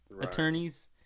Attorneys